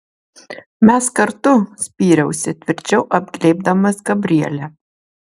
mes kartu spyriausi tvirčiau apglėbdamas gabrielę